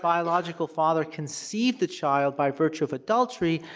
biological father conceived the child by virtue of adultery,